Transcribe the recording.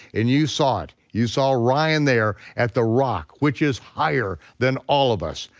and you saw it, you saw ryan there at the rock which is higher than all of us,